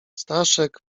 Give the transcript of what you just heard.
staszek